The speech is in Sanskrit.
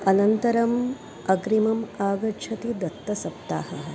अनन्तरम् अग्रिमम् आगच्छति दत्तसप्ताहः